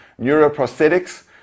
neuroprosthetics